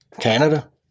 Canada